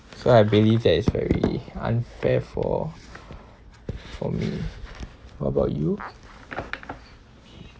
so I believe that it's very unfair for for me what about you